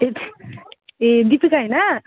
ए ए दीपिका होइन